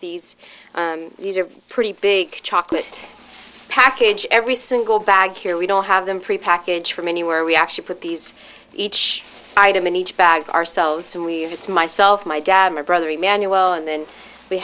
these these are pretty big chocolate package every single bag here we don't have them prepackaged from anywhere we actually put these each item in each bag ourselves and we've it's myself my dad my brother emanuel and then we